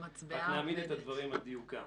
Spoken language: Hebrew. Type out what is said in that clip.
רק נעמיד את הדברים על דיוקם.